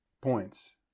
points